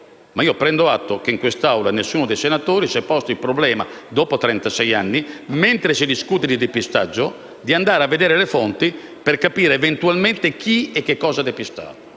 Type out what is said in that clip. ma prendo atto che in questa Assemblea nessuno dei senatori si è posto il problema, dopo trentasei anni, mentre si discute di depistaggio, di andare a vedere le fonti per capire eventualmente chi e che cosa depistava.